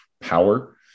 power